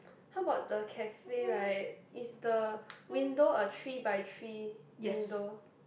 how about the cafe right is the window a three by three window